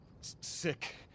sick